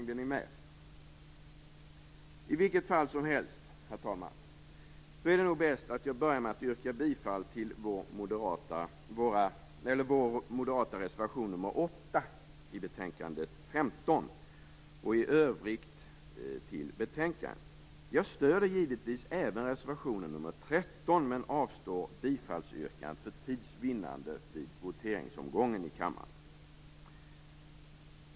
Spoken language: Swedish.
Herr talman! I vilket fall som helst är det nog bäst att jag börjar med att yrka bifall till den moderata reservationen nr 8 i betänkande JoU15 och i övrigt till utskottets hemställan. Jag stöder givetvis även reservation nr 13 men avstår från att yrka bifall till den, för tids vinnande vid voteringsomgången i kammaren.